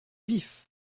vif